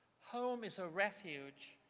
home is a refuge,